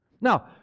Now